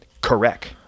Correct